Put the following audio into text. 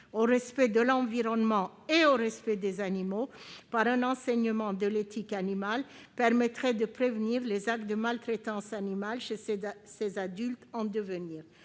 au respect de l'environnement et des animaux par un enseignement de l'éthique animale permettrait de prévenir les actes de maltraitance animale chez ces adultes en devenir.